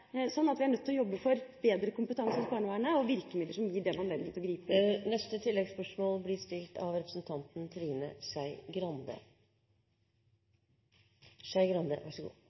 at vi er nødt til å jobbe for bedre kompetanse i barnevernet og for å gi dem virkemidler som gir dem anledning til å gripe